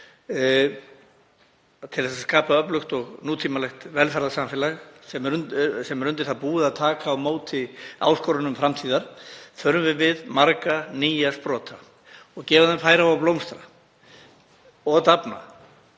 til að skapa öflugt og nútímalegt velferðarsamfélag sem er undir það búið að taka á móti áskorunum framtíðar þurfum við marga nýja sprota og gefa þeim færi á að blómstra og dafna